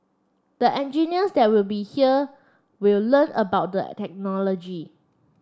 the engineers that will be here will learn about the technology